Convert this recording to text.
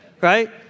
right